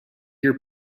your